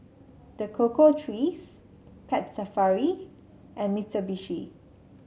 The Cocoa Trees Pet Safari and Mitsubishi